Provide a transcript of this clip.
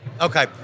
Okay